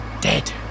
Dead